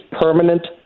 permanent